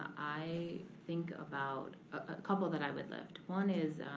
i think about a couple that i would lift. one is